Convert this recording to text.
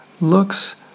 looks